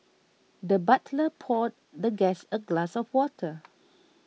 the butler poured the guest a glass of water